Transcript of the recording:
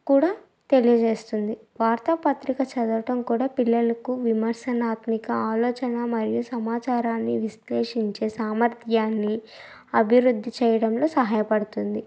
కూడా తెలియజేస్తుంది వార్త పత్రిక చదవటం కూడా పిల్లలకు విమర్శనాత్మక ఆలోచన మరియు సమాచారాన్ని విశ్లేషించే సామర్థ్యాన్ని అభివృద్ధి చేయడంలో సహాయపడుతుంది